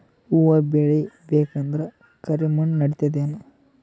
ಹುವ ಬೇಳಿ ಬೇಕಂದ್ರ ಕರಿಮಣ್ ನಡಿತದೇನು?